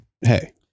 hey